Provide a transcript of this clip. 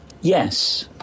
Yes